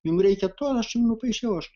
jum reikia to aš jum nupaišiau aš